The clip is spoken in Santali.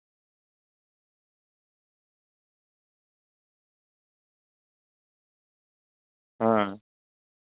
ᱦᱮᱸ